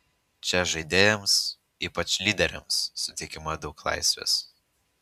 čia žaidėjams ypač lyderiams suteikiama daug laisvės